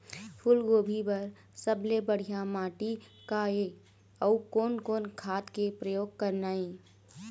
फूलगोभी बर सबले बढ़िया माटी का ये? अउ कोन कोन खाद के प्रयोग करना ये?